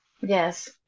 Yes